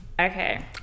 okay